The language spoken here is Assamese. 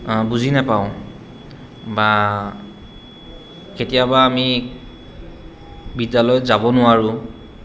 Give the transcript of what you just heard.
বুজি নেপাওঁ বা কেতিয়াবা আমি বিদ্যালয়ত যাব নোৱাৰোঁ